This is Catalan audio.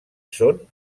són